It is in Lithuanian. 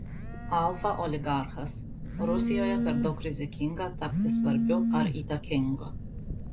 alfa oligarchas rusijoje per daug rizikinga tapti svarbiu ar įtakingu